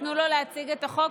תנו לו להציג את החוק.